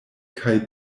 kaj